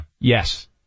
Yes